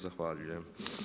Zahvaljujem.